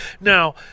Now